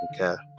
Okay